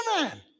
man